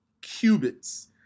cubits